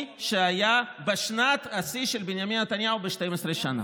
שהיה בשנת השיא של בנימין נתניהו ב-12 שנה.